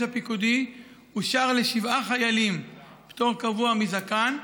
הפיקודי אושר לשבעה חיילים פטור קבוע מזקן,